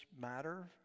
matter